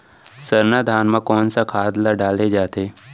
सरना धान म कोन सा खाद ला डाले जाथे?